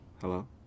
Hello